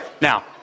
Now